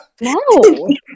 No